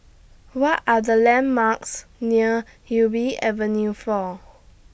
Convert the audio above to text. What Are The landmarks near Ubi Avenue four